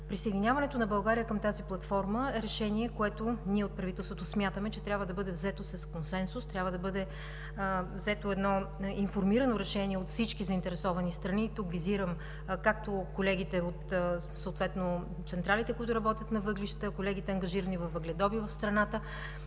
Присъединяването на България към тази платформа е решение, което ние от правителството смятаме, че трябва да бъде взето с консенсус, трябва да бъде взето информирано решение от всички заинтересовани страни. Тук визирам както колегите от централите, които работят на въглища, колегите, ангажирани във въгледобива в страната,